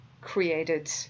created